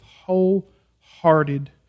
wholehearted